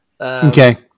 Okay